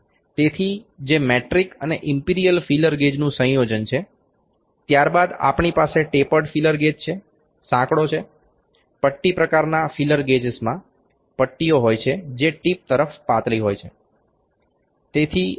તેથી જે મેટ્રિક અને ઇમ્પિરિયલ ફીલર ગેજનું સંયોજન છે ત્યારબાદ આપણી પાસે ટેપર્ડ ફીલર ગેજ છે સાંકડો છે પટ્ટી પ્રકારના ફીલર ગેજેસમાં પટ્ટી ઓ હોય છે જે ટીપ તરફ પાતળી હોય છે